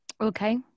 okay